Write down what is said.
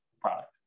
product